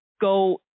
go